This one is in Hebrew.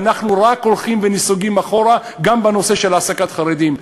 ואנחנו רק הולכים ונסוגים אחורה גם בנושא של העסקת חרדים.